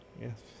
Yes